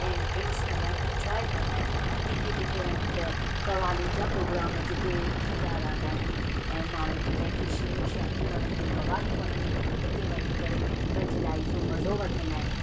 ऐं ड्रिंक्स कंदा आइन इंजॉय कंदा आइन किथे किथे वञ त कवालिनि जा प्रोग्राम जिते थींदा रहंदा आहिनि ऐं माण्हुनि खे जंहिंखे शेरो शायरी वणंदी आहिनि कवालियूं वणंदियूं आहिनि उते वञी करे पंहिंजी लाइफ जो मज़ो वठंदा आहिनि